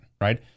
right